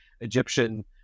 Egyptian